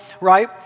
right